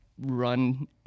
run